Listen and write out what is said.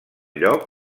lloc